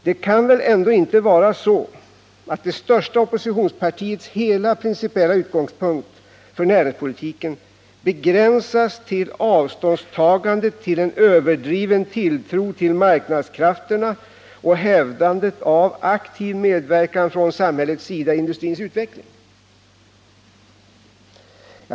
Det kan väl ändå inte vara så, att det största oppositionspartiets hela principiella utgångspunkt för näringspolitiken begränsas till avståndstagandet till en överdriven tilltro till marknadskrafterna och hävdandet av aktiv medverkan från samhällets sida till industrins utveckling?